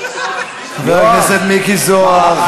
חבר הכנסת מיקי זוהר,